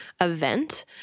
event